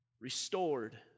Restored